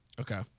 Okay